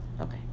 Okay